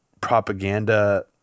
propaganda